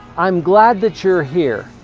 i'm glad that you're here.